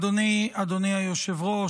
אדוני היושב-ראש,